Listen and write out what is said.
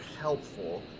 helpful